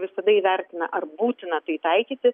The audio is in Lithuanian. visada įvertina ar būtina tai taikyti